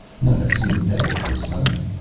not a synthetic in sight.